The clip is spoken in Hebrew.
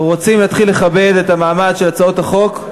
אנחנו רוצים להתחיל לכבד את המעמד של הצעות החוק.